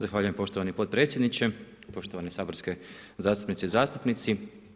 Zahvaljujem poštovani potpredsjedniče, poštovane saborske zastupnice i zastupnici.